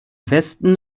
westen